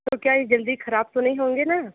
तो क्या यह जल्दी ख़राब तो नहीं होंगे न